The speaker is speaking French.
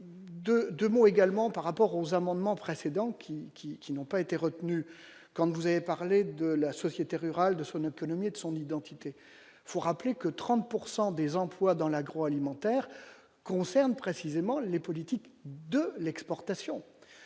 de 2 mots, également par rapport aux amendements précédent qui qui qui n'ont pas été retenu quand vous avez parlé de la société rurale de soi ne peut nommer de son identité faut rappeler que 30 pourcent des emplois dans l'agro-alimentaire concerne précisément les politiques de l'exportation